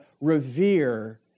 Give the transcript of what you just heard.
revere